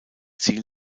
ziel